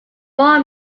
more